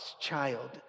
child